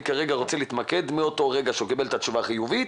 אני כרגע רוצה להתמקד מהרגע שהוא קיבל את התשובה החיובית